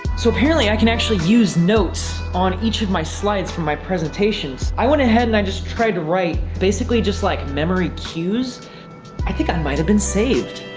so apparently i can actually use notes on each of my slides from my presentations i went ahead and i just tried to write basically just like memory cues i think i might have been saved.